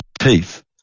teeth